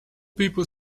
people